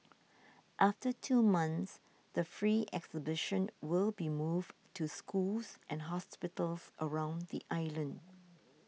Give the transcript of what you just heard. after two months the free exhibition will be moved to schools and hospitals around the island